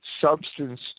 substance